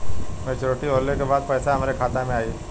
Maturity होले के बाद पैसा हमरे खाता में आई?